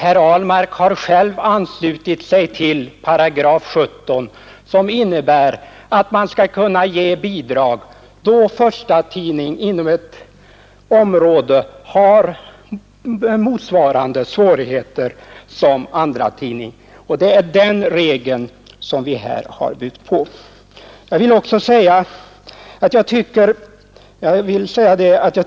Herr Ahlmark har - Nr 85 själv anslutit sig till 17 §, som innebär att man skall kunna ge bidrag då ESS TUNA ERT 5 ES Onsdagen den en förstatidning inom ett område har motsvarande svårigheter som en 24 maj 1972 andratidning. Det är den regeln som vi här har byggt på.